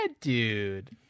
dude